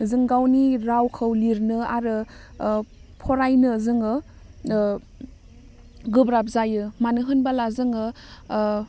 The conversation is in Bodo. जों गावनि रावखौ लिरनो आरो ओह फरायनो जोङो ओह गोब्राब जायो मानो होनबाला जोङो ओह